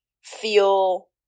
feel